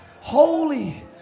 holy